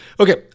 Okay